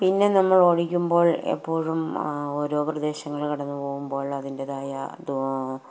പിന്നെ നമ്മൾ ഓടിക്കുമ്പോൾ എപ്പോഴും ഓരോ പ്രദേശങ്ങള് കടന്നുപോകുമ്പോൾ അതിൻ്റെതായ